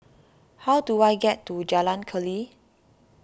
how do I get to Jalan Keli